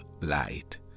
light